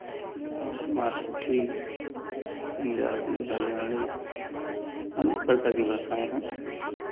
मराठी पंजाबी हरियाणी अनेक प्रकार की भाषाएं हैं